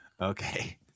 Okay